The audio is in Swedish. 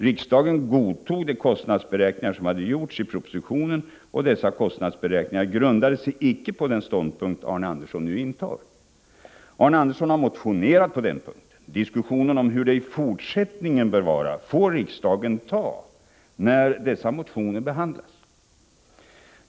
Riksdagen godtog de kostnadsberäkningar som hade gjorts i propositionen, och dessa kostnadsberäkningar grundade sig icke på den ståndpunkt Arne Andersson nuintar. Arne Andersson har motionerat på denna punkt. Diskussionen om hur det i fortsättningen bör vara får riksdagen ta när dessa motioner behandlas.